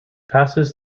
passes